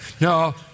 No